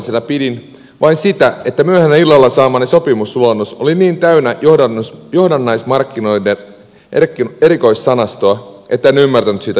ongelmallisena pidin vain sitä että myöhään illalla saamani sopimusluonnos oli niin täynnä johdannaismarkkinoiden erikoissanastoa etten ymmärtänyt siitä juuri mitään